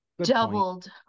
doubled